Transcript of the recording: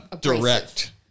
direct